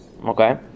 Okay